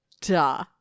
Duh